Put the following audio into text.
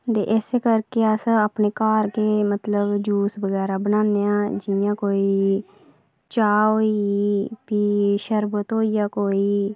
ते इस करके अस अपने घर गै इक्क जूस बगैरा बनाने आं जियां कोई चाह् होई प्ही शरबत होइया कोई